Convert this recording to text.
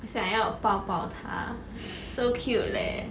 我想要抱抱她 so cute leh